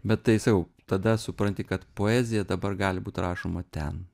bet tai sakau tada supranti kad poezija dabar gali būt rašoma ten